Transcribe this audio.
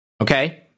Okay